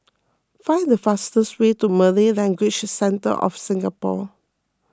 find the fastest way to Malay Language Centre of Singapore